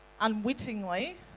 unwittingly